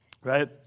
Right